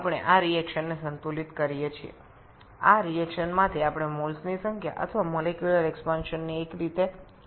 এই প্রতিক্রিয়া থেকে আমরা এই উপায়ে মেল সংখ্যা বা আণবিক বৃদ্ধি গণনা করতে পারি